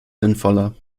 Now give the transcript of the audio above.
sinnvoller